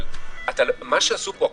אבל מה שעשו פה,